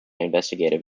investigative